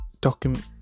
document